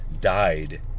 died